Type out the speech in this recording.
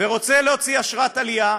ורוצה להוציא אשרת עלייה,